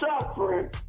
suffering